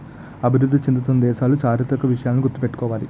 అభివృద్ధి చెందుతున్న దేశాలు చారిత్రక విషయాలను గుర్తు పెట్టుకోవాలి